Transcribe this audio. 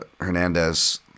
Hernandez